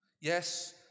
Yes